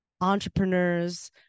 entrepreneurs